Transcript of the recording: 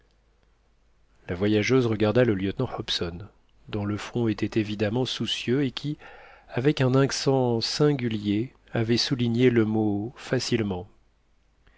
la voyageuse regarda le lieutenant hobson dont le front était évidemment soucieux et qui avec un accent singulier avait souligné le mot facilement